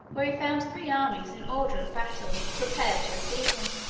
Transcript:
where he found three armies in order of battle, prepared to receive him